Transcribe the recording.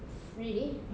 really